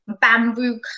bamboo